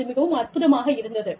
அது மிகவும் அற்புதமாக இருந்தது